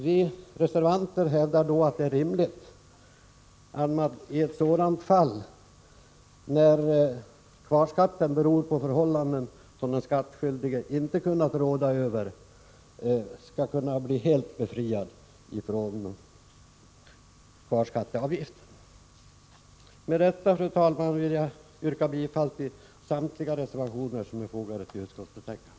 Vi reservanter hävdar att det är rimligt att den skattskyldige i ett sådant fall, när kvarskatten beror på förhållanden som han inte har kunnat råda över, skall kunna bli helt befriad från kvarskatteavgift. Fru talman! Med detta ber jag att få yrka bifall till samtliga reservationer som är fogade till utskottets betänkande.